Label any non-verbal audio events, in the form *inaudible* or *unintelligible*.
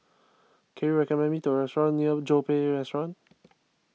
can you recommend me to restaurant near *unintelligible* restaurant